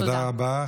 תודה רבה.